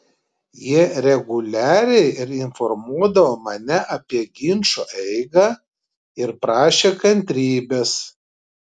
jie reguliariai informuodavo mane apie ginčo eigą ir prašė kantrybės